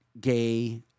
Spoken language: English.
gay